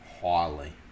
highly